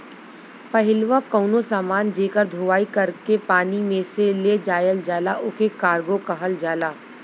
पहिलवा कउनो समान जेकर धोवाई कर के पानी में से ले जायल जाला ओके कार्गो कहल जाला